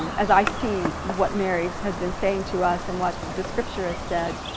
as i see what mary has been saying to us and what the scripture has said.